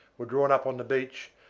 were drawn up on the beach,